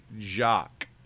Jacques